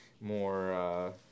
more